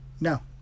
No